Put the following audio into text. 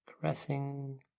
caressing